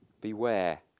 Beware